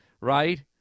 right